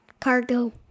cargo